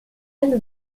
elle